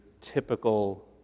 typical